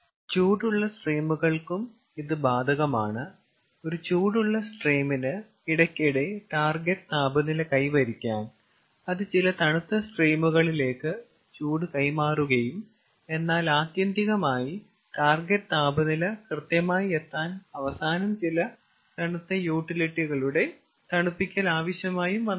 ചൂടുള്ള സ്ട്രീമുകൾക്കും ഇത് ബാധകമാണ് ഒരു ചൂടുള്ള സ്ട്രീമിന് പെട്ടെന്ന് ടാർഗെറ്റ് താപനില കൈവരിക്കാൻ അത് ചില തണുത്ത സ്ട്രീമുകളിലേക്ക് ചൂട് കൈമാറുകയും എന്നാൽ ആത്യന്തികമായി ടാർഗെറ്റ് താപനില കൃത്യമായി എത്താൻ അവസാനം ചില തണുത്ത യൂട്ടിലിറ്റികളുടെ തണുപ്പിക്കൽ ആവശ്യമായും വന്നേക്കാം